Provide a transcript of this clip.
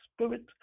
Spirit